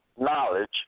knowledge